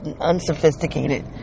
unsophisticated